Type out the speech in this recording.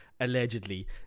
allegedly